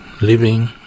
living